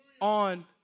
on